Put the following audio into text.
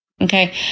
Okay